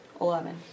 Eleven